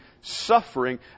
suffering